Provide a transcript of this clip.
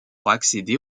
accéder